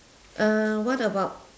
uh what about